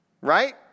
right